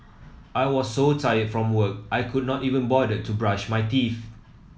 I was so tired from work I could not even bother to brush my teeth